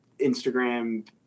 Instagram